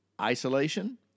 Isolation